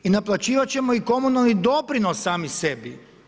I naplaćivat ćemo komunalni doprinos sami sebi.